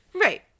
right